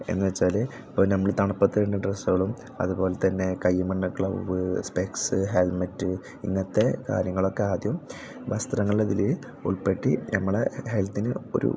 എന്നു വെച്ചാൽ ഇപ്പം നമ്മളീ തണുപ്പത്ത് ഇടേണ്ട ഡ്രെസ്സുകളും അതുപോലെ തന്നെ കയ്യുമ്മെ ഇടുന്ന ഗ്ലൗവ്വ് സ്പെക്സ് ഹെൽമറ്റ് ഇങ്ങനത്തെ കാര്യങ്ങളൊക്കെ ആദ്യം വസ്ത്രങ്ങളതിൽ ഉൾപ്പെടുത്തി നമ്മൾ ഹെൽത്തിന് ഒരു